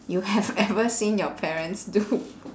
you have ever seen your parents do